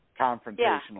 confrontational